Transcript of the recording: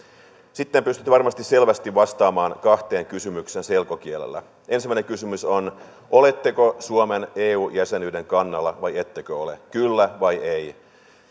sitten pystytte varmaan selvästi vastaamaan kahteen kysymykseen selkokielellä ensimmäinen kysymys on oletteko suomen eu jäsenyyden kannalla vai ettekö ole kyllä vai ei